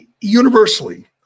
Universally